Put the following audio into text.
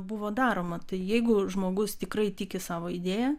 buvo daroma tai jeigu žmogus tikrai tiki savo idėja